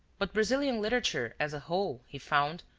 but brazilian literature as a whole, he found,